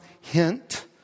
hint